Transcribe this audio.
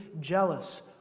jealous